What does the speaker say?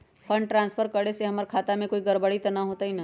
Fund transfer करे से हमर खाता में कोई गड़बड़ी त न होई न?